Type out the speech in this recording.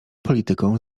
polityką